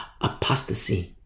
apostasy